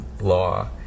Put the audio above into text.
law